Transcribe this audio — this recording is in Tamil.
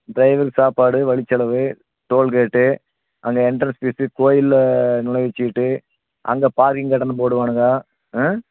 ட்ரைவர் சாப்பாடு வழிச்செலவு டோல்கேட்டு அங்கே என்ட்ரன்ஸ் ஃபீஸு கோவில்ல நுழைவுச்சீட்டு அங்கே பார்க்கிங் கட்டணம்னு போடுவானுங்க ஆ